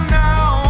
now